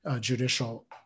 judicial